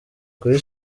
kuri